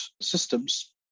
systems